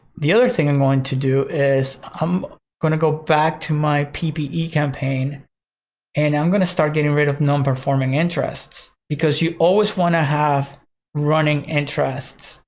the other thing i'm going to do is, i'm gonna go back to my ppe campaign and i'm gonna start getting rid of non-performing interests because you always wanna have running interests,